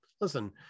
Listen